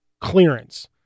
clearance